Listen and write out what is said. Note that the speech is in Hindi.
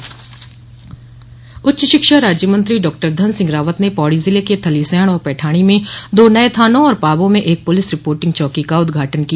उदघाटन उच्च शिक्षा राज्य मंत्री डॉ धन सिंह रावत ने पौड़ी जिले के थलीसैंण और पैठाणी में दो नये थानों और पाबौ में एक पुलिस रिपोर्टिंग चौकी का उदघाटन किया